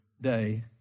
day